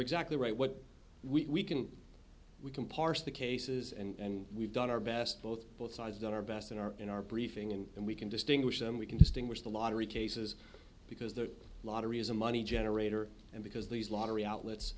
exactly right what we can we can parse the cases and we've done our best both both sides done our best in our in our briefing and we can distinguish them we can distinguish the lottery cases because the lottery is a money generator and because these lottery outlets